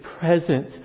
present